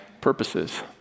purposes